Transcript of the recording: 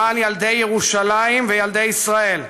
למען ילדי ירושלים וילדי ישראל.